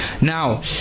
Now